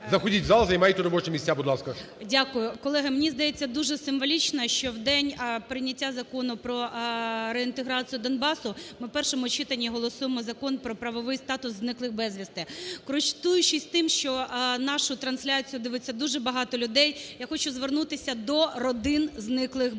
Заходіть у зал, займайте робочі місця, будь ласка. 17:15:12 ГЕРАЩЕНКО І.В. Дякую. Колеги, мені здається, дуже символічно, що вдень прийняття Закону про реінтеграцію Донбасу ми у першому читанні голосуємо Закон про правовий статус зниклих безвісти. Користуючись тим, що нашу трансляцію дивиться дуже багато людей, я хочу звернутися до родин, зниклих безвісти.